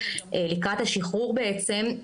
לקראת השחרור בעצם,